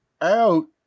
out